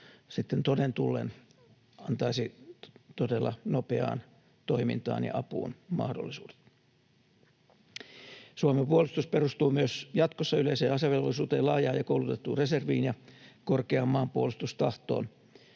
toden tullen antaisi todella nopeaan toimintaan ja apuun mahdollisuudet. Suomen puolustus perustuu myös jatkossa yleiseen asevelvollisuuteen, laajaan ja koulutettuun reserviin ja korkean maanpuolustustahtoon.